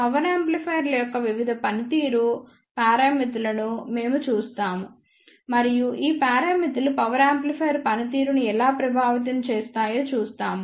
power యాంప్లిఫైయర్ల యొక్క వివిధ పనితీరు పారామితులను మేము చూస్తాము మరియు ఈ పారామితులు పవర్ యాంప్లిఫైయర్ పనితీరును ఎలా ప్రభావితం చేస్తాయో చూస్తాము